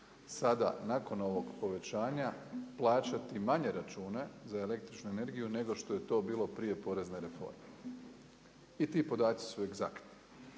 sada nakon ovog povećanja plaćati manje račune za električnu energiju nego što je to bilo prije porezne reforme. I ti podaci su egzaktni.